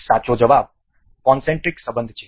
સાચો જવાબ કોનસેન્ટ્રિક સંબંધ છે